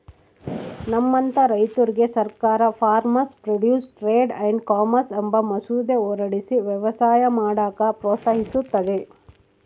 ನಮ್ಮಂತ ರೈತುರ್ಗೆ ಸರ್ಕಾರ farmers produce trade and commerce ಅಂಬ ಮಸೂದೆ ಹೊರಡಿಸಿ ವ್ಯವಸಾಯ ಮಾಡಾಕ ಪ್ರೋತ್ಸಹಿಸ್ತತೆ